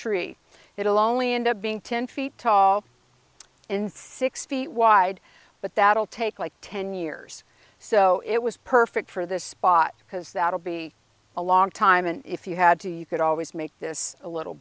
tree it'll only end up being ten feet tall and six feet wide but that'll take like ten years so it was perfect for this spot because that'll be a long time and if you had to you could always make this a little